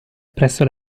presso